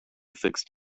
fixed